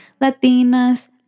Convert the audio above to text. Latinas